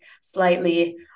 slightly